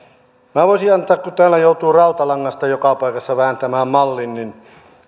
minä voisin antaa kun täällä joutuu rautalangasta joka paikassa vääntämään mallin